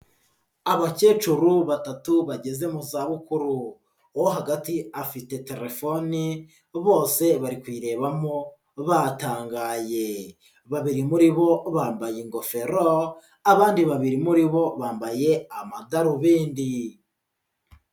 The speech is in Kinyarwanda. Abakecuru batatu bageze mu zabukuru, uwo hagati afite telefone bose bari kuyirebamo batangaye, babiri muri bo bambaye ingofero, abandi babiri muri bo bambaye amadarubindi.